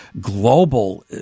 global